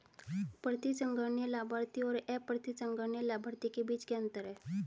प्रतिसंहरणीय लाभार्थी और अप्रतिसंहरणीय लाभार्थी के बीच क्या अंतर है?